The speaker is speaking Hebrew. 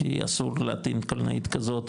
כי אסור להטעין קולנועית כזאת,